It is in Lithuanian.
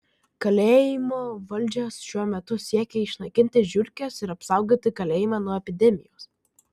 kalėjimo valdžia šiuo metu siekia išnaikinti žiurkes ir apsaugoti kalėjimą nuo epidemijos